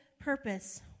purpose